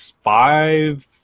five